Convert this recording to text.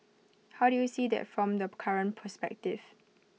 how do you see that from the current perspective